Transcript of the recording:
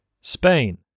Spain